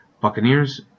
Buccaneers